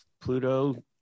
Pluto